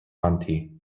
monty